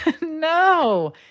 no